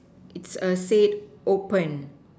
is a said open